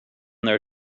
their